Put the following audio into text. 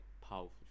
Powerful